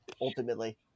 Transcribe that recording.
ultimately